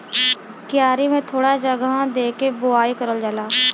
क्यारी में थोड़ा जगह दे के बोवाई करल जाला